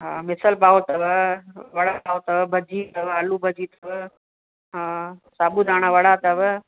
हा मिसल पाव अथव वड़ा पाव अथव भजी अथव आलू भजी अथव हा साबूदाना वड़ा अथव